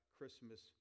Christmas